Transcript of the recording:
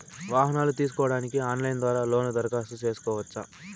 వాహనాలు తీసుకోడానికి ఆన్లైన్ ద్వారా లోను దరఖాస్తు సేసుకోవచ్చా?